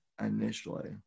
initially